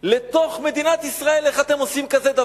לתוך מדינת ישראל, איך אתם עושים דבר כזה?